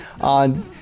on